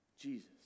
Jesus